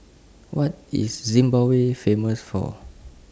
What IS Zimbabwe Famous For